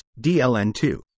DLN2